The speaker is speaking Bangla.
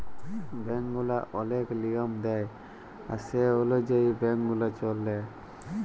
ব্যাংক গুলা ওলেক লিয়ম দেয় আর সে অলুযায়ী ব্যাংক গুলা চল্যে